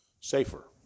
safer